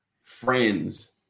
friends